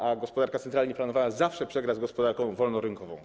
A gospodarka centralnie planowana zawsze przegra z gospodarką wolnorynkową.